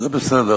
זה בסדר.